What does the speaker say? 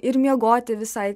ir miegoti visai